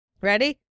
Ready